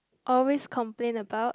always complain about